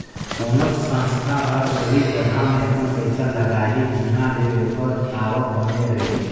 कोनोच संस्था हर ओही जगहा में अपन पइसा लगाही जिंहा ले ओकर आवक बने रहें